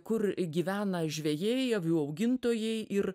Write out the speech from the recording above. kur gyvena žvejai avių augintojai ir